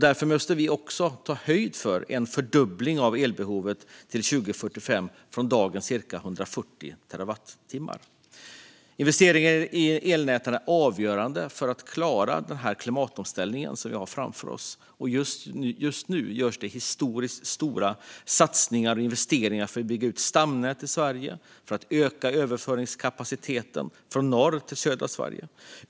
Därför måste vi ta höjd för en fördubbling av elbehovet till 2045 från dagens cirka 140 terawattimmar. Investeringar i elnäten är avgörande för att klara av den klimatomställning som ligger framför oss. Just nu görs historiskt stora satsningar och investeringar för att bygga ut stamnät i Sverige och öka överföringskapaciteten från norra till södra Sverige.